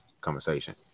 conversation